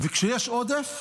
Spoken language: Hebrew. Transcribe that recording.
וכשיש עודף,